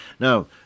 Now